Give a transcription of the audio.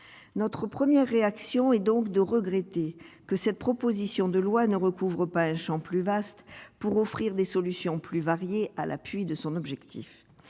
notre première réaction, et donc de regretter que cette proposition de loi ne recouvre pas un Champ plus vaste pour offrir des solutions plus variés à l'appui de son objectif,